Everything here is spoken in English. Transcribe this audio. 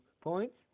Points